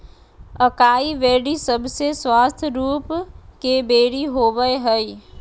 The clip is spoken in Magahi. अकाई बेर्री सबसे स्वस्थ रूप के बेरी होबय हइ